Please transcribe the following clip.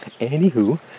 Anywho